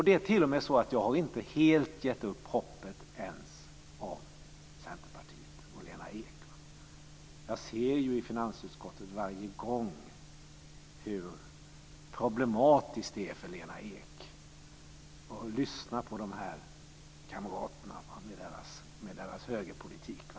Det är t.o.m. så att jag inte helt har gett upp hoppet ens om Centerpartiet och Lena Ek. Jag ser i finansutskottet varje gång hur problematiskt det är för Lena Ek att lyssna på kamraterna med deras högerpolitik.